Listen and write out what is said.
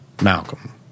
Malcolm